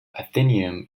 athenaeum